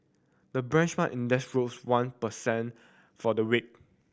the benchmark index rose one per cent for the week